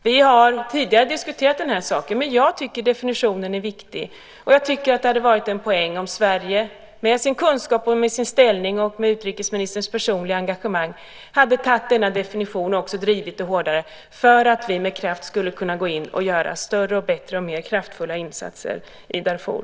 Vi har tidigare diskuterat den här frågan, men jag tycker att definitionen är viktig. Det hade varit en poäng om Sverige med sin kunskap, med sin ställning och med utrikesministerns personliga engagemang hade antagit denna definition och drivit saken hårdare för att vi med kraft skulle kunna gå in och göra större och bättre insatser i Darfur.